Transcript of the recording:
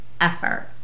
effort